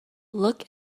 look